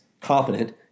confident